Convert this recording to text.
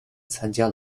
参加